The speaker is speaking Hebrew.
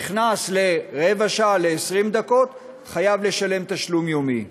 נכנס לרבע שעה, ל-20 דקות, חייב לשלם תשלום יומי.